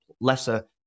lesser